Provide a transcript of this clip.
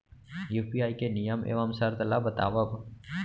UPI के नियम एवं शर्त ला बतावव